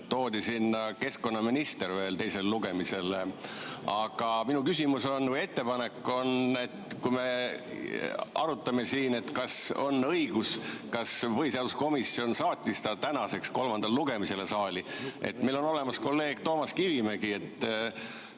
toodi sinna keskkonnaminister veel teisele lugemisele. Aga minu küsimus või ettepanek on, et kui me arutame siin, kas on õige, et põhiseaduskomisjon saatis ta tänaseks kolmandale lugemisele saali, siis meil on olemas kolleeg Toomas Kivimägi.